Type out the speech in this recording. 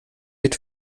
mit